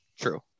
True